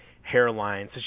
hairline